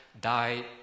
died